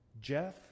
Jeff